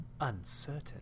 uncertain